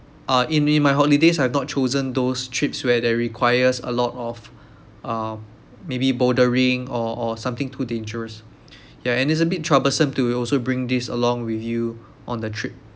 uh in me my holidays I've not chosen those trips where they requires a lot of uh maybe bouldering or or something too dangerous ya and it's a bit troublesome to be also bringing this along with you on the trip